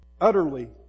Utterly